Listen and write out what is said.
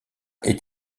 est